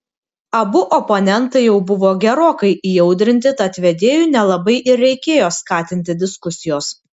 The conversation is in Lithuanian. abu oponentai jau buvo gerokai įaudrinti tad vedėjui nelabai ir reikėjo skatinti diskusijos